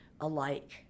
alike